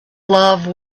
love